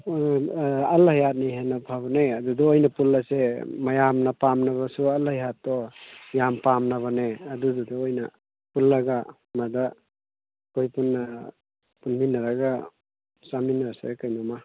ꯑꯜ ꯍꯌꯥꯠꯅ ꯍꯦꯟꯅ ꯐꯕꯅꯦ ꯑꯗꯨꯗ ꯑꯣꯏꯅ ꯄꯨꯜꯂꯁꯦ ꯃꯌꯥꯝꯅ ꯄꯥꯝꯅꯕꯁꯨ ꯑꯜ ꯍꯌꯥꯠꯇꯣ ꯌꯥꯝ ꯄꯥꯝꯅꯕꯅꯦ ꯑꯗꯨꯗꯨꯗ ꯑꯣꯏꯅ ꯄꯨꯜꯂꯒ ꯃꯗ ꯑꯩꯈꯣꯏ ꯄꯨꯟꯅ ꯄꯨꯟꯃꯤꯟꯅꯔꯒ ꯆꯥꯃꯤꯟꯅꯔꯁꯦ ꯀꯩꯅꯣꯝꯃ